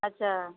अच्छा